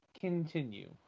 continue